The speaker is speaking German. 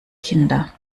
kinder